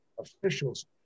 officials